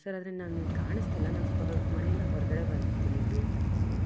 sir ಆದರೆ ನಾನು ಕಾಣಿಸ್ತಿಲ್ಲ ನಾನು ಸ್ವಲ್ಪ ಮನೆಯಿಂದ ಹೊರಗಡೆ ಬರ್ತೀನಿ ಗೇಟ್ ತಗೊಂಡು